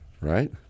Right